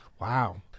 Wow